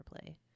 play